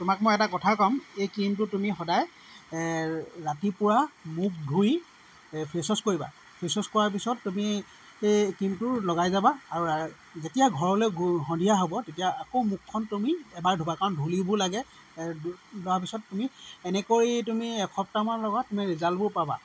তোমাক মই এটা কথা ক'ম এই ক্ৰীমটো তুমি সদায় ৰাতিপুৱা মুখ ধুই এই ফে'চৱাশ্ব কৰিবা ফে'চৱাশ্ব কৰাৰ পিছত তুমি এই ক্ৰীমটো লগাই যাবা আৰু যেতিয়া ঘৰলৈ গৈ সন্ধিয়া হ'ব আকৌ মুখখন তুমি এবাৰ ধুবা কাৰণ ধূলিবোৰ লাগে এই ধোৱাৰ পিছত তুমি এনেকৈ তুমি এসপ্তামান লগোৱা তুমি ৰিজাল্টবোৰ পাবা